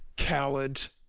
coward!